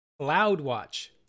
CloudWatch